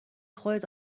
خودت